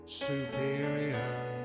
superior